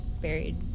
buried